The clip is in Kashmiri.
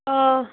آ